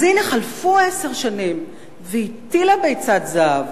אז הנה, חלפו עשר שנים והיא הטילה ביצת זהב.